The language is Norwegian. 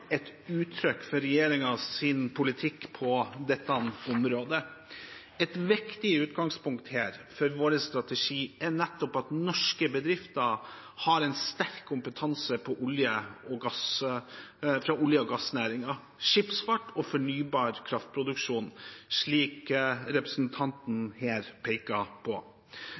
et uttrykk for regjeringens politikk på dette området. Et viktig utgangspunkt for vår strategi er nettopp at norske bedrifter har sterk kompetanse fra olje- og gassnæringen, skipsfart og fornybar kraftproduksjon, slik representanten peker på